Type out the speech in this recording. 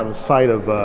ah site of but